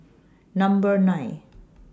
Number nine